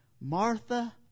Martha